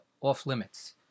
off-limits